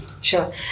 sure